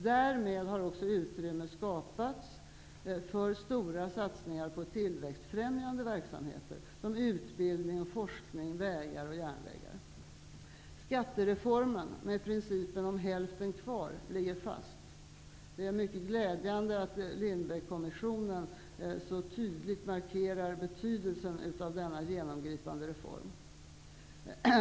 Därmed har också utrymme skapats för stora satsningar på tillväxtfrämjande verksamheter som utbildning, forskning, vägar och järnvägar. Skattereformen, med principen om hälften kvar, ligger fast. Det är mycket glädjande att Lindbeckkommissionen så tydligt markerar betydelsen av denna genomgripande reform.